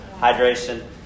Hydration